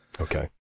Okay